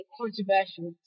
controversial